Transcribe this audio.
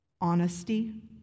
honesty